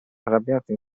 arrabbiate